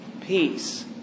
peace